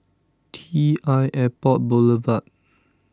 T l Airport Boulevard